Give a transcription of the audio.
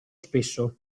spesso